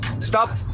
stop